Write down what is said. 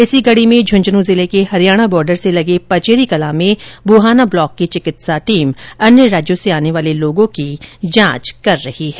इसी कड़ी में झुंनुन्न जिले को हरियाणा बॉर्डर से लगे पचेरी कलां में बुहाना ब्लॉक की चिकित्सा टीम अन्य राज्यों से आने वाले लोगों की जांच कर रही है